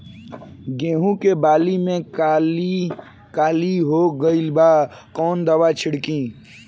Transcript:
गेहूं के बाली में काली काली हो गइल बा कवन दावा छिड़कि?